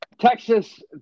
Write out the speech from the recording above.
Texas